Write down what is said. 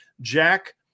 Jack –